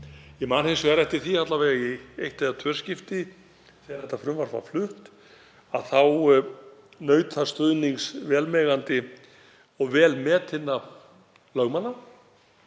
Ég man hins vegar eftir því alla vega í eitt eða tvö skipti þegar þetta frumvarp var flutt að þá naut það stuðnings vel megandi og vel metinna lögmanna,